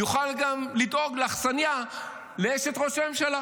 יוכל גם לדאוג לאכסניה לאשת ראש הממשלה.